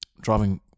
driving